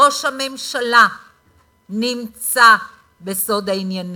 ראש הממשלה נמצא בסוד העניינים,